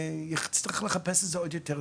צריך לחפש את זה עוד יותר.